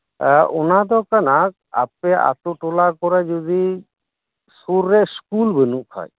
ᱚᱱᱟᱫᱚ ᱠᱟᱱᱟ ᱟᱯᱮ ᱟᱛᱳ ᱴᱚᱞᱟᱠᱚᱨᱮ ᱡᱚᱫᱤ ᱥᱩᱨ ᱨᱮ ᱤᱥᱠᱩᱞ ᱵᱟᱹᱱᱩᱜ ᱠᱷᱟᱡ